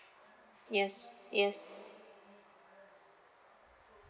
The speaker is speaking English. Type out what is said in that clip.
yes yes